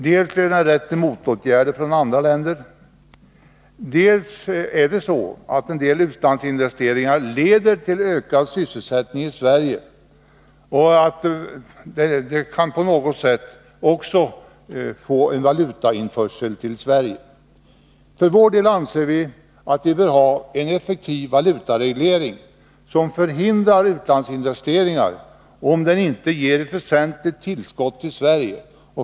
Dels leder den lätt till motåtgärder från andra länder, dels leder också en del utlandsinveste ringar till ökad sysselsättning i Sverige, och det kan också leda till en valutainförsel till Sverige. För vår del anser vi att vi bör ha en effektiv valutareglering, som förhindrar utlandsinvesteringar, om de inte ger ett väsentligt tillskott till Sverige.